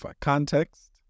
context